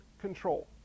control